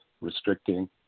restricting